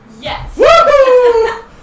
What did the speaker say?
Yes